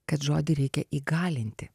kad žodį reikia įgalinti